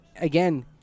again